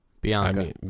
Bianca